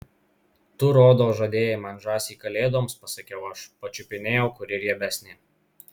tu rodos žadėjai man žąsį kalėdoms pasakiau aš pačiupinėjau kuri riebesnė